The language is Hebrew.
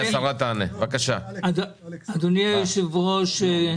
אדוני היושב-ראש,